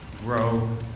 grow